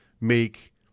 make